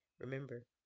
Remember